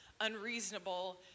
unreasonable